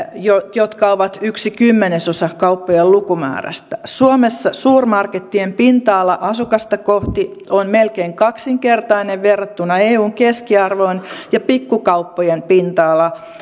jotka ovat yksi kymmenesosa kauppojen lukumäärästä suomessa suurmarkettien pinta ala asukasta kohti on melkein kaksinkertainen verrattuna eun keskiarvoon ja pikkukauppojen pinta ala